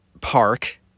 park